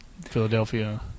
Philadelphia